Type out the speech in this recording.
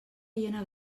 hiena